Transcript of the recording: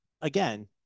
again